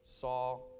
saw